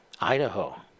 Idaho